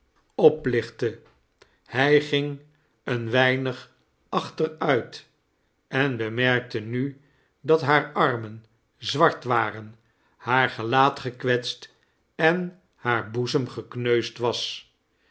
oplichtte hij ging een weinig achteruit en bemerkte nu dat haar armen zwart waren haar gelaat gekwetst en haar boezem gekneusd was